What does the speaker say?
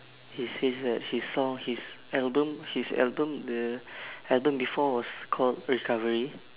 he says that he saw his album his album the album before was called recovery